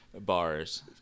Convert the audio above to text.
bars